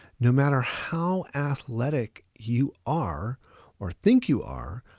no matter how athletic you are or think you are,